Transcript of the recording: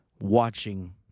watching